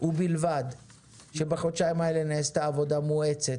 ובלבד שבחודשיים האלה נעשתה עבודה מואצת